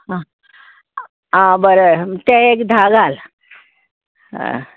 आं बरें तें एक धा घाल